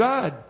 God